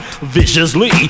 viciously